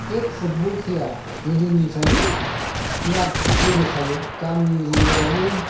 बे फुटबल खेलाया गोदोनिफ्रायनो बिराद जोबोखायो गामि आरिआवबो